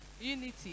Unity